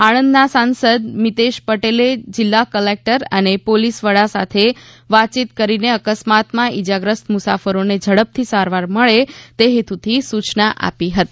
આણંદના સાંસદ મિતેષ પટેલે જીલ્લા કલેક્ટર અને પોલીસ વડા સાથે વાતચીત કરીને અકસ્માતમાં ઈજા ગ્રસ્ત મુસાફરોને ઝડપથી સારવાર મળે તે હેતુથી સુચના આપી હતી